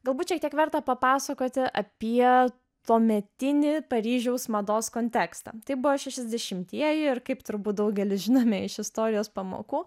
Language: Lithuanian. galbūt šiek tiek verta papasakoti apie tuometinį paryžiaus mados kontekstą tai buvo šešiasdešimtieji ir kaip turbūt daugelis žinome iš istorijos pamokų